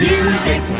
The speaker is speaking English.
Music